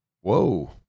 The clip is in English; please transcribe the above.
Whoa